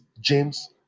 James